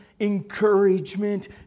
encouragement